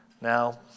Now